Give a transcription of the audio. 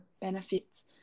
benefits